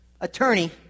attorney